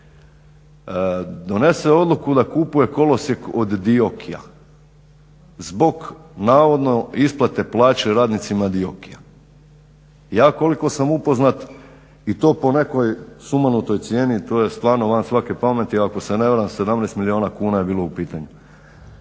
donese odluku da kupuje kolosijek od DIOKI-ja zbog navodno isplate plaće radnicima DIOKI-ja, ja koliko sam upoznat i to po nekoj sumanutoj cijeni to je stvarno van svake pameti ako se ne varam 17 milijuna kuna je bilo u pitanju.